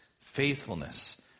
faithfulness